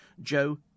Joe